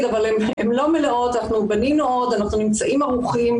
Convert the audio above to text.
לא מלאות, אנחנו בנינו עוד, אנחנו ערוכים.